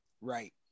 right